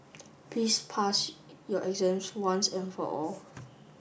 please pass your exams once and for all